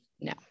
No